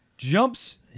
Jumps